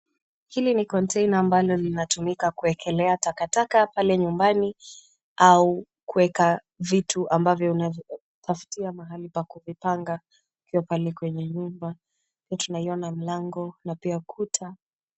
Hili ni kontena ambalo linatumikwa kuwekelea takataka pale nyumbani au kuweka vitu ambavyo unavyotafutia mahali pa kuvipanga ukiwa pale kwenye nyumba. Pia tunaiona milango na pia kuta.